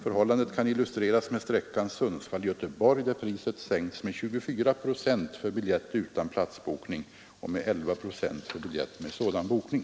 Förhållandet kan illustreras med sträckan Sundsvall-Göteborg, där priset sänkts med 24 procent för biljett utan platsbokning och med 11 procent för biljett med sådan bokning.